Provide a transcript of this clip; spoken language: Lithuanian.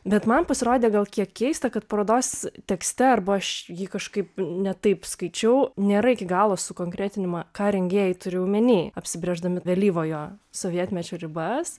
bet man pasirodė gal kiek keista kad parodos tekste arba aš jį kažkaip ne taip skaičiau nėra iki galo sukonkretinama ką rengėjai turi omeny apsibrėždami vėlyvojo sovietmečio ribas